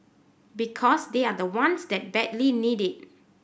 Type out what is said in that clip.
because they are the ones that badly need it